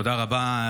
תודה רבה,